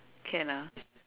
can ah